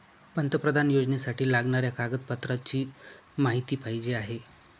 पंतप्रधान योजनेसाठी लागणाऱ्या कागदपत्रांची माहिती पाहिजे आहे